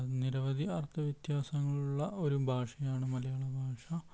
നിരവധി അർത്ഥവ്യത്യാസങ്ങളുള്ള ഒരു ഭാഷയാണ് മലയാളഭാഷ